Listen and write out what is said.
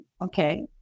okay